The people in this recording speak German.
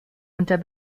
unter